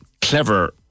clever